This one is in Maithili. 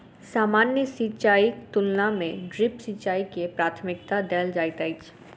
सामान्य सिंचाईक तुलना मे ड्रिप सिंचाई के प्राथमिकता देल जाइत अछि